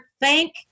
Thank